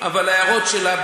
אבל ההערות שלה,